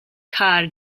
car